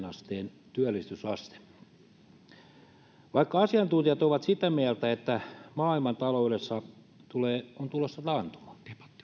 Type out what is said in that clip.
asteen työllisyysaste vaikka asiantuntijat ovat sitä mieltä että maailmantaloudessa on tulossa taantuma